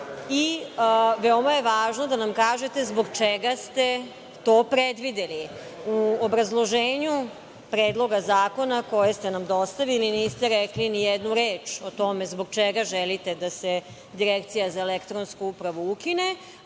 Veoma je važno da nam kažete zbog čega ste to predvideli?U obrazloženju Predloga zakona, koje ste nam dostavili, niste rekli ni jednu reč o tome zbog čega želite da se Direkcija za elektronsku upravu ukine,